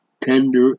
tender